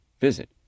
visit